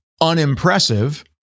unimpressive